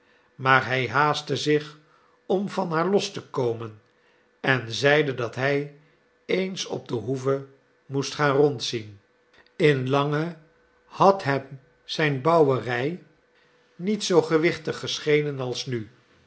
maar hij haastte zich om van haar los te komen en zeide dat hij eens op de hoeve moest gaan rondzien in lange had hem zijn bouwerij niet zoo gewichtig geschenen als nu